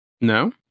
No